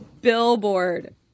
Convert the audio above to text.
Billboard